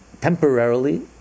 temporarily